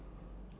mmhmm